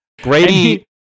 Grady